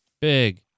big